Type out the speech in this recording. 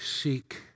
seek